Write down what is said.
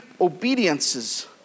obediences